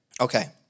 Okay